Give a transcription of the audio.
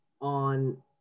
on